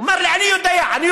הוא אמר לי: אני יודע, אני יודע.